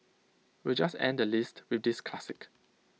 we'll just end the list with this classic